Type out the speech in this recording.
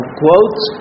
quotes